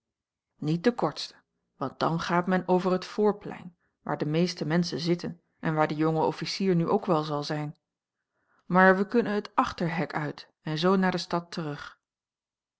niet den kortsten want dan gaat men over het voorplein waar de meeste menschen zitten en waar de jonge officier nu ook wel zal zijn maar wij kunnen het achterhek uit en zoo naar de stad terug